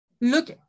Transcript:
Look